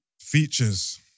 Features